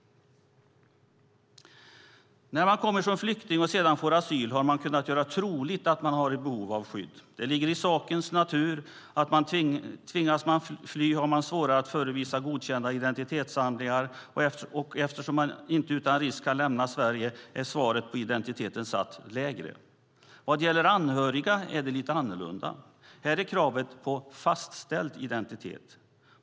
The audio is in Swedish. När man kommer som flykting och sedan får asyl har man kunnat göra troligt att man har behov av skydd. Det ligger i sakens natur att om man tvingas fly har man svårare att förevisa godkända identitetshandlingar, och eftersom man inte utan risk kan lämna Sverige är kravet på identitet satt lägre. Vad gäller anhöriga är det lite annorlunda. Här är kravet fastställd identitet.